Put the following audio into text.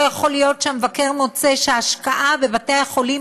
לא יכול להיות שהמבקר מוצא שההשקעה בבתי-החולים